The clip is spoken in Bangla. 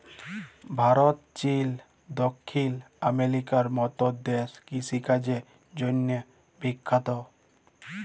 ভারত, চিল, দখ্খিল আমেরিকার মত দ্যাশ কিষিকাজের জ্যনহে বিখ্যাত